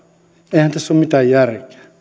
eihän tässä ole mitään järkeä